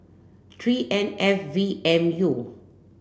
three N F V M U